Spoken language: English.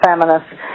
feminists